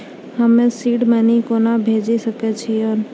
हम्मे seed money कोना भेजी सकै छिओंन